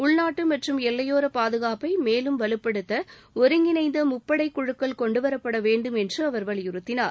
உள்நாட்டு மற்றும் எல்லையோர பாதுகாப்பப மேலும் மேம்படுத்த ஒருங்கிணைந்த முப்பளடக் குழுக்கள் கொன்டுவரப்பட வேண்டும் என்று அவர் வலியுறுத்தினார்